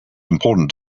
important